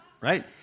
right